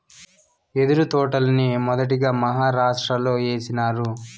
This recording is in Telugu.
యెదురు తోటల్ని మొదటగా మహారాష్ట్రలో ఏసినారు